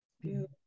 Beautiful